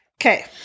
Okay